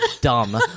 dumb